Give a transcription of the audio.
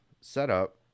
setup